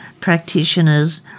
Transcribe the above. practitioners